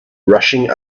rushing